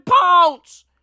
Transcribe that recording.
pounds